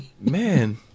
Man